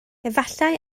efallai